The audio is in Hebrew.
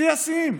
שיא השיאים.